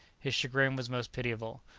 his chagrin was most pitiable,